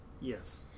Yes